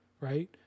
Right